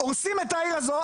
הורסים את העיר הזאת.